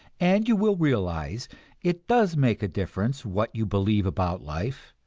and you will realize it does make a difference what you believe about life,